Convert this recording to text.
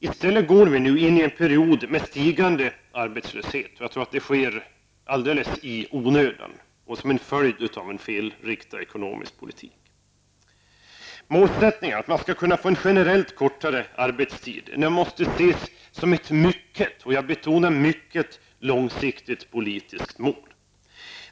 I stället är vi nu på väg in i en period med stigande arbeslöshet. Jag tror att det sker helt i onödan och som en följd av en felriktad ekonomisk politik. Målsättningen att man skall kunna få en generellt kortare arbetstid, måste ses som ett mycket långsiktigt politiskt mål.